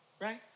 right